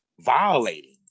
violating